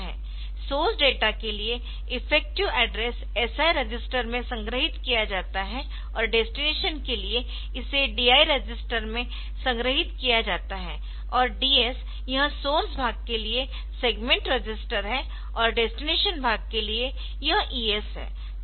source data के लिए effective address register में संग्रहीत किया जाता है और डेस्टिनेशन के लिए इसे DI रजिस्टर में संग्रहीत किया जाता है और DS यह सोर्स भाग के लिए सेगमेंट रजिस्टर है और डेस्टिनेशन भाग के लिए यह ES है